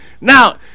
Now